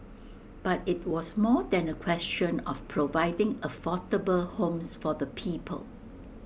but IT was more than A question of providing affordable homes for the people